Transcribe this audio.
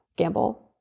gamble